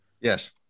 Yes